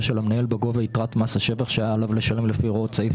של המנהל בגובה יתרת מס השבח שהיה עליו לשלם לפי הוראות סעיף